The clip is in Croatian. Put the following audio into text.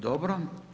Dobro.